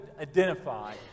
identify